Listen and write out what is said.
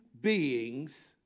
beings